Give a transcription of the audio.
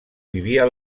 vivia